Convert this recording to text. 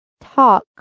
talk